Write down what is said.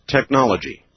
Technology